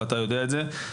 ואתה יודע את זה,